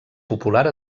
popular